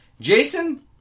Jason